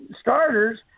starters